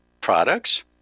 products